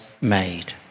made